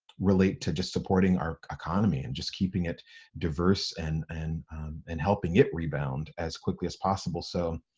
relate to just supporting our economy and just keeping it diverse, and and and helping it rebound as quickly as possible. so,